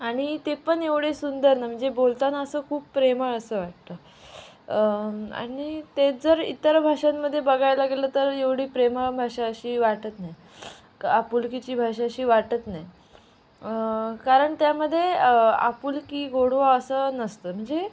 आणि ते पण एवढे सुंदर ना म्हणजे बोलताना असं खूप प्रेमळ असं वाटतं आणि तेच जर इतर भाषांमध्ये बघायला गेलं तर एवढी प्रेमळ भाषा अशी वाटत नाही आपुलकीची भाषा अशी वाटत नाही कारण त्यामध्ये आपुलकी गोडवा असं नसतं म्हणजे